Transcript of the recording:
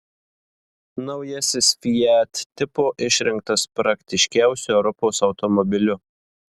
naujasis fiat tipo išrinktas praktiškiausiu europos automobiliu